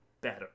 better